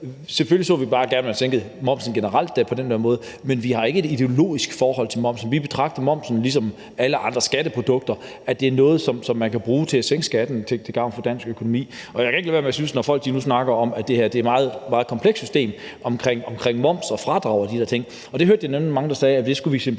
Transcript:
Selvfølgelig så vi gerne, at man bare sænkede momsen generelt på den her måde, men vi har ikke et ideologisk forhold til momsen. Vi betragter momsen ligesom alle andre skatter, nemlig at det er noget, man kan bruge til at sænke skatten til gavn for dansk økonomi. Når folk nu snakker om, at det her er et meget, meget komplekst system med moms og fradrag og de der ting – det hørte jeg nemlig mange sige at vi skulle simplificere